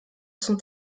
son